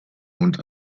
mund